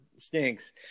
stinks